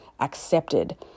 accepted